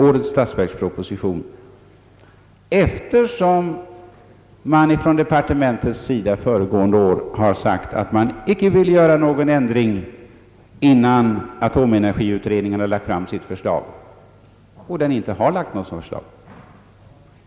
Jag frågar detta eftersom man från departementets sida föregående år uttalat att man inte ville vidtaga någon ändring innan atomenergiutredningen framlagt = sitt förslag, och något sådant har ännu icke kommit.